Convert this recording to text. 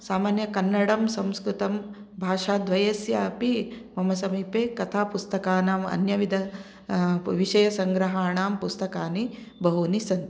सामान्य कन्नडं संस्कृतं भाषाद्वयस्य अपि मम समीपे कथापुस्तकानाम् अन्यविध विषयसङ्ग्रहाणां पुस्तकानि बहूनि सन्ति